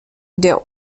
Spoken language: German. der